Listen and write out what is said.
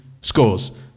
scores